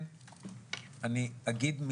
אני עובד שם מחר 29 שנים,